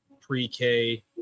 pre-K